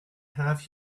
have